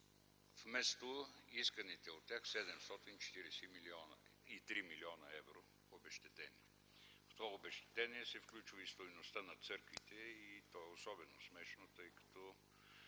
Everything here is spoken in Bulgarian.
вместо исканите от тях 743 млн. евро обезщетение. В това обезщетение се включва и стойността на църквите, което е особено смешно, тъй като